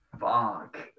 fuck